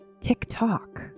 TikTok